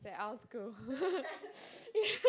that outgrowth